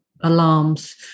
alarms